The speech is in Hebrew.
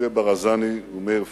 משה ברזני ומאיר פיינשטיין.